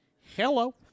Hello